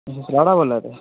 तुस सराह्ड़ा बोल्ला दे